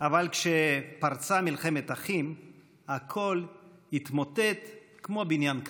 אבל כשפרצה מלחמת אחים הכול התמוטט כמו בניין קלפים.